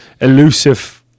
elusive